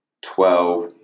twelve